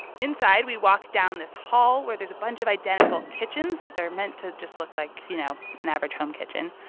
inside, we walk down this hall where there's a bunch of identical kitchens. they're meant to just look like, you know, an average home kitchen.